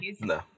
No